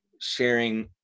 sharing